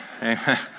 Amen